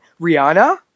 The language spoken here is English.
Rihanna